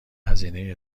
هزینه